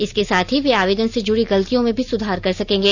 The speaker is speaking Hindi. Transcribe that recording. इसके साथ ही वे आवेदन से जुड़ी गलतियों में भी सुधार कर सकेंगे